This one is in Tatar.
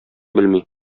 белми